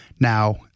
now